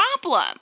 problem